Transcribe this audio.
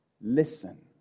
Listen